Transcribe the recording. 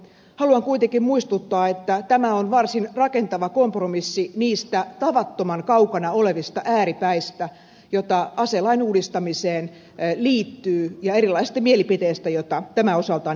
haluan kuitenkin muistuttaa että tämä on varsin rakentava kompromissi niistä tavattoman kaukana olevista ääripäistä joita aselain uudistamiseen liittyy ja erilaisista mielipiteistä joita tämän osalta on esitetty